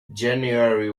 january